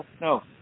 No